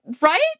Right